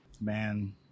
man